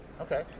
Okay